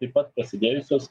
taip pat prasidėjusios